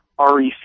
REC